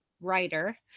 Writer